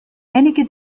einige